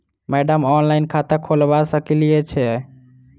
Madam online खाता खोलबा सकलिये छीयै?